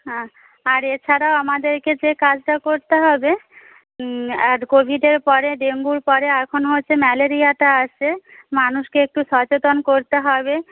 হ্যাঁ আর এছাড়াও আমাদেরকে যে কাজটা করতে হবে আর কোভিডের পরে ডেঙ্গুর পরে এখন হচ্ছে ম্যালেরিয়াটা আসছে মানুষকে একটু সচেতন করতে হবে